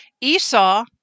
Esau